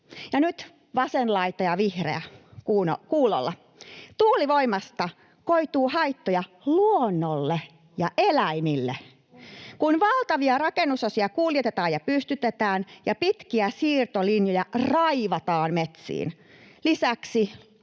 nyt vasen laita ja vihreät kuulolla: Tuulivoimasta koituu haittoja luonnolle ja eläimille, kun valtavia rakennusosia kuljetetaan ja pystytetään ja pitkiä siirtolinjoja raivataan metsiin.